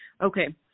Okay